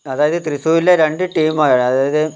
അതായത് തൃശ്ശൂരിലെ രണ്ട് ടീമാണ് അതായത്